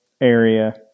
area